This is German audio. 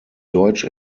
deutsch